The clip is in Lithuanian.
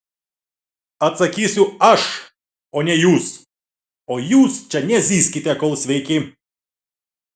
atsakysiu aš o ne jūs o jūs čia nezyzkite kol sveiki